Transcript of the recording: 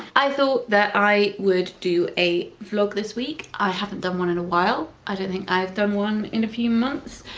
i thought that i would do a vlog this week, i haven't done one in a while, i don't think i've done one in a few months,